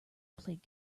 played